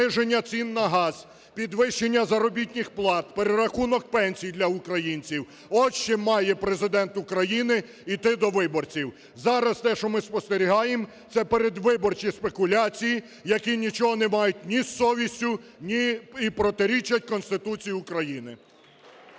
зниження цін на газ, підвищення заробітних плат, перерахунок пенсій для українців – от з чим має Президент України іти до виборців. Зараз те, що ми спостерігаємо, це передвиборчі спекуляції, які нічого не мають ні з совістю, ні… і протирічать Конституції України.